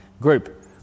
group